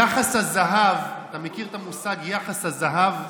יחס הזהב, אתה מכיר את המושג יחס הזהב?